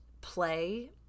play